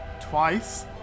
twice